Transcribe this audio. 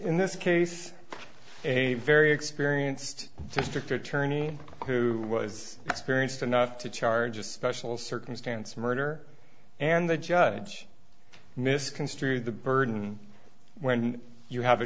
in this case a very experienced district attorney who was experienced enough to charge a special circumstance murder and the judge misconstrued the burden when you have